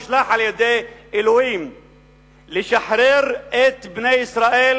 נשלח על-ידי אלוהים לשחרר את בני ישראל